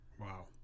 Wow